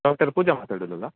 doctor Pooja ಮಾತಾಡುದಲ್ಲಾ